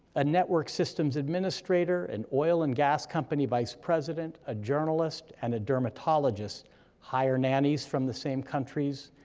a network systems administrator, an oil and gas company vice president, a journalist, and a dermatologist hire nannies from the same countries,